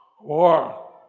war